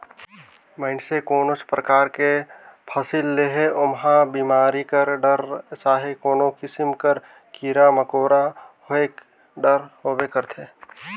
मइनसे कोनोच परकार कर फसिल लेहे ओम्हां बेमारी कर डर चहे कोनो किसिम कर कीरा मकोरा होएक डर होबे करथे